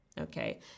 okay